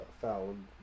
found